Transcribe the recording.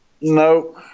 No